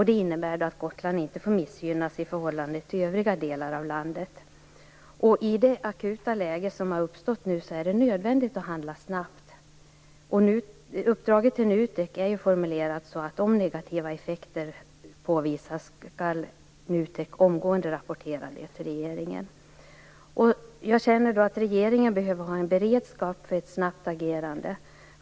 Det innebär att Gotland inte får missgynnas i förhållande till övriga delar av landet. I det akuta läge som har uppstått nu är det nödvändigt att handla snabbt. Uppdraget till NUTEK är formulerat så, att man omgående till regeringen skall rapportera om negativa effekter påvisas. Jag känner att regeringen behöver ha en beredskap för ett snabbt agerande.